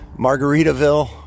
Margaritaville